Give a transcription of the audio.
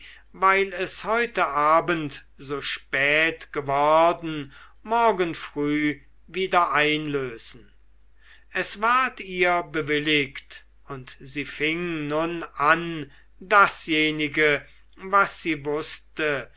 weil es heute abend so spät geworden morgen früh wieder einlösen es ward ihr bewilligt und sie fing nun an dasjenige was sie wußte